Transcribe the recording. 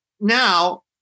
Now